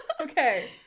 okay